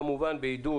כמובן, בעידוד